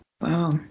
Wow